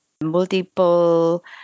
multiple